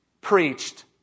preached